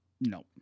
No